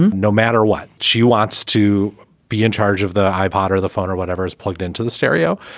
um no matter what she wants to be in charge of the ipod or the phone or whatever is plugged into the stereo.